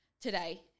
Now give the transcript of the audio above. today